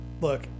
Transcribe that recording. look